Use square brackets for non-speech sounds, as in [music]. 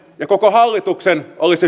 ja koko hallituksen olisi [unintelligible]